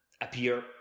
appear